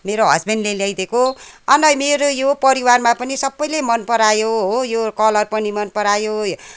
मेरो हसबेन्डले ल्याइदिएको अन्त मेरो यो परिवारमा पनि सबैले मनपरायो हो यो कलर पनि मनपरायो